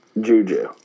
Juju